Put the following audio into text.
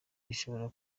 bishobora